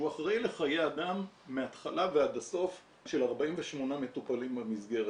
אחראי לחיי אדם מהתחלה ועד הסוף של 48 מטופלים במסגרת.